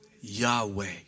Yahweh